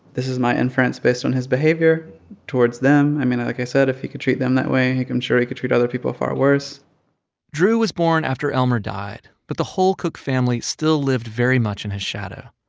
this is my inference based on his behavior towards them. i mean, like i said, if he could treat them that way, like i'm sure he could treat other people far worse drew was born after elmer died, but the whole cook family still lived very much in his shadow.